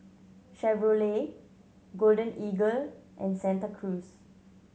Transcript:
Chevrolet Golden Eagle and Santa Cruz